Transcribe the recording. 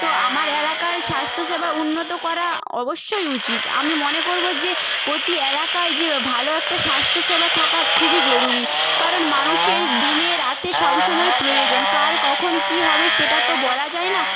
তো আমার এলাকার স্বাস্থ্যসেবা উন্নত করা অবশ্যই উচিত আমি মনে করব যে প্রতি এলাকায় যে ভালো একটা স্বাস্থ্যসেবা থাকা খুবই জরুরি কারণ মানুষের দিনে রাতে সব সময় প্রয়োজন কার কখন কি হবে সেটা তো বলা যায় না